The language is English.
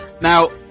now